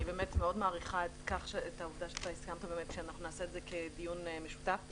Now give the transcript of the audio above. אני באמת מאוד מעריכה את העובדה שהסכמת שנקיים את הדיון כדיון משותף.